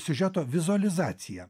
siužeto vizualizacija